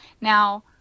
Now